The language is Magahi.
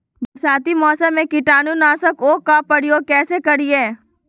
बरसाती मौसम में कीटाणु नाशक ओं का प्रयोग कैसे करिये?